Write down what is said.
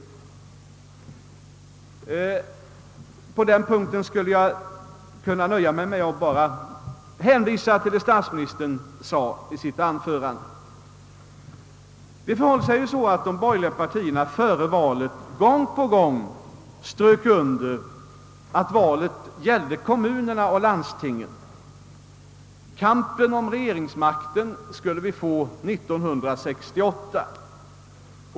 På den punkten skulle jag kunna nöja mig med att hänvisa till vad statsministern sade i sitt anförande. Före valet underströk de borgerliga partierna gång på gång att valet gällde kommunerna och landstingen. Kampen om regeringsmakten skulle vi få 1968.